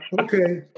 okay